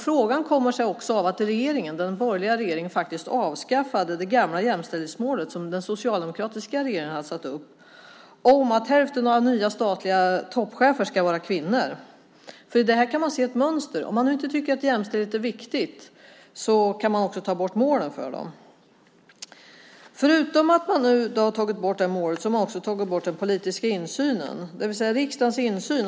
Frågan kommer sig också av att den borgerliga regeringen faktiskt avskaffade det gamla jämställdhetsmål som den socialdemokratiska regeringen hade satt upp om att hälften av nya statliga toppchefer ska vara kvinnor. Man kan se ett mönster i detta. Om man inte tycker att jämställdhet är viktig kan man ta bort målen för den. Förutom att man nu har tagit bort detta mål har man också tagit bort den politiska insynen, det vill säga riksdagens insyn.